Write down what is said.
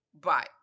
Bye